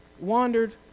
wandered